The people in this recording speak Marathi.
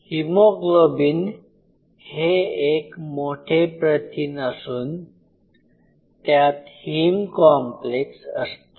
हिमोग्लोबीन हे एक मोठे प्रथिन असून त्यात हिम कॉम्प्लेक्स असतो